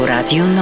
Radio